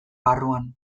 barruan